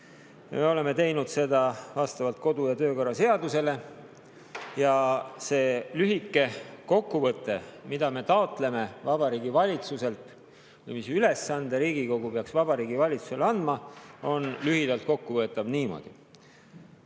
Me oleme teinud seda vastavalt kodu- ja töökorra seadusele. Ja see, mida me taotleme Vabariigi Valitsuselt, mis ülesande Riigikogu peaks Vabariigi Valitsusele andma, on lühidalt kokku võetav järgmiselt.